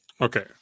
okay